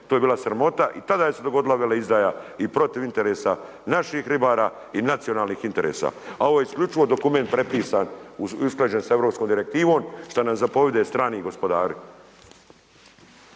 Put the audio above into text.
To je bila sramota i tada se dogodila veleizdaja i protiv interesa naših ribara i nacionalnih interesa, a ovo je isključivo dokument prepisan, usklađen s europskom Direktivnom šta nam zapovjede strani gospodari.